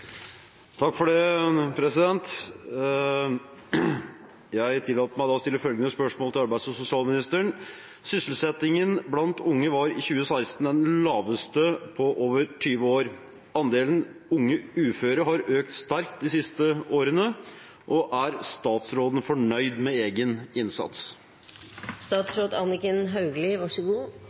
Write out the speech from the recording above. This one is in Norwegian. sosialministeren: «Sysselsettingen blant unge var i 2016 den laveste på over 20 år. Andelen unge uføre har økt sterkt de siste årene. Er statsråden fornøyd med egen